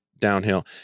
downhill